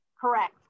Correct